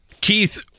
Keith